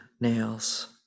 nails